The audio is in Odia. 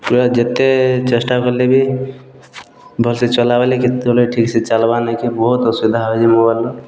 ଯେତେ ଚେଷ୍ଟା କଲେ ବି ଭଲସେ ଚଲାବେଲେ କି ଠିକ୍ ସେ ଚାଲବାର୍ ନାଇଁ କେ ବହୁତ୍ ଅସୁବିଧା ହେଉଛି ମୋବାଇଲ୍ ନ